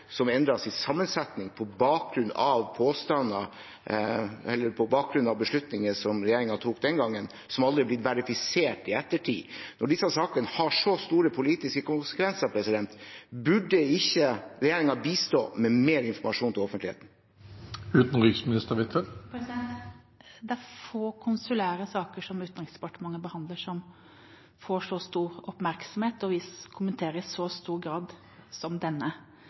som endret sin sammensetning på bakgrunn av beslutninger som regjeringen tok den gangen, og som aldri har blitt verifisert i ettertid. Når disse sakene har så store politiske konsekvenser, burde ikke regjeringen da bistå med mer informasjon til offentligheten? Det er få konsulære saker som Utenriksdepartementet behandler, som får så stor oppmerksomhet, og som kommenteres i så stor grad som denne.